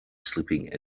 sleeping